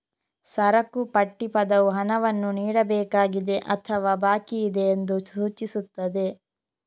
ಸರಕು ಪಟ್ಟಿ ಪದವು ಹಣವನ್ನು ನೀಡಬೇಕಾಗಿದೆ ಅಥವಾ ಬಾಕಿಯಿದೆ ಎಂದು ಸೂಚಿಸುತ್ತದೆ